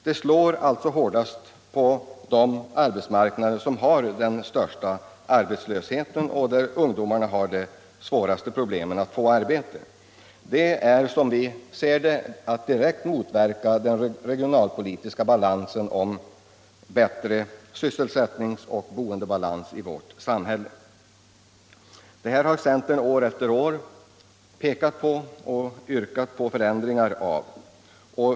Det slår alltså hårdast på de arbetsmarknader som har den största arbetslösheten och där ungdomarna har de svåraste problemen att få arbete. Det är, enligt vår mening, att direkt motverka den regionalpolitiska balansen när det gäller bättre sysselsättning och boende i vårt samhälle. Centern har år efter år pekat på detta och yrkat på förändringar.